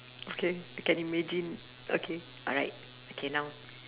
okay I can imagine okay alright okay now